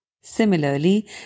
Similarly